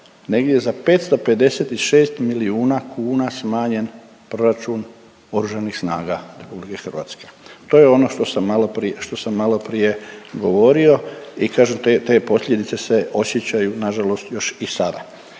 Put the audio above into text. negdje za 556 milijuna kuna smanjen proračun Oružanih snaga RH. To je ono što sam maloprije, što sam maloprije govorio i kažem te posljedice se osjećaju nažalost još i sada.